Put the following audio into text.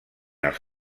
als